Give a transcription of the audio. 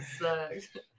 sucked